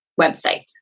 website